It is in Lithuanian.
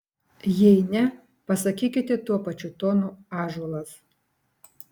jei ne pasakykite tuo pačiu tonu ąžuolas